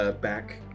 back